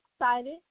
excited